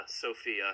Sophia